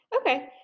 Okay